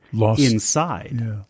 inside